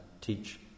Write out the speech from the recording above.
teach